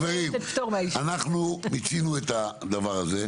אנחנו מיצינו את הדבר הזה.